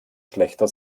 schlächter